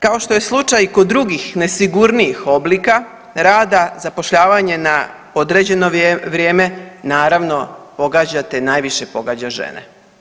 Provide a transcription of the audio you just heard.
Kao što je slučaj i kod drugih nesigurnijih oblika rada zapošljavanje na određeno vrijeme naravno pogađa, te najviše pogađa žene.